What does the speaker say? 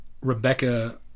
Rebecca